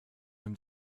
him